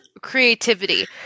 creativity